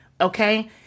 Okay